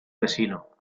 vecino